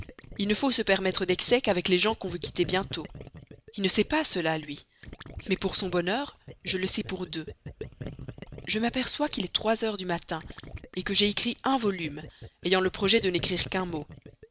il ne faut se permettre d'excès qu'avec les gens qu'on veut quitter bientôt il ne sait pas cela lui mais pour son bonheur je le sais pour deux je m'aperçois qu'il est trois heures du matin que j'ai écrit un volume ayant le projet de n'écrire qu'un mot